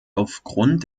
aufgrund